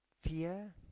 Fear